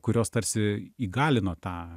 kurios tarsi įgalino tą